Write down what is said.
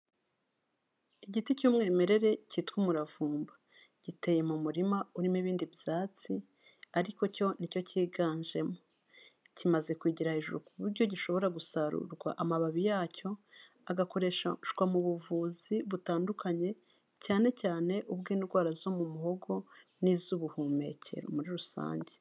Igiti cy'umwimerere cyitwa umuravumba, giteye mu murima urimo ibindi byatsi ariko cyo ni cyo kiganjemo, kimaze kugera hejuru ku buryo gishobora gusarurwa amababi yacyo, agakoreshwa mu buvuzi butandukanye, cyane cyane ubw'indwara zo mu muhogo n'iz'ubuhumekero muri rusange.